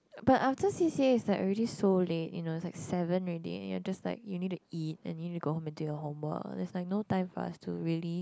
but after C_C_A it's like already so late you know it's like seven already and you're just like you need to eat and you need to go home and do your homework there's like no time for us to really